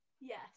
Yes